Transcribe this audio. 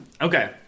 Okay